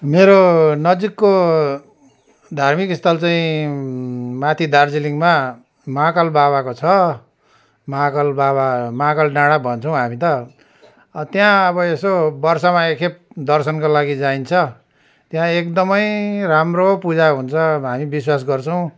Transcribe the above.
मेरो नजिकको धार्मिकस्थल चाहिँ माथि दार्जिलिङमा महाकाल बाबाको छ महाकाल बाबा महाकाल डाँडा भन्छौँ हामी त त्यहाँ अब यसो वर्षमा एकखेप दर्शनको लागि जाइन्छ त्यहाँ एकदमै राम्रो पूजा हुन्छ हामी विश्वास गर्छौँ